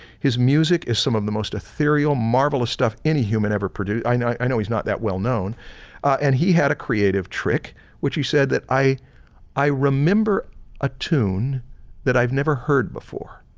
his music is some of the most ethereal marvelous stuff any human ever produced. i know, i know, he's not that well-known and he had a creative trick which he said that i i remember a tune that i've never heard before.